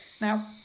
Now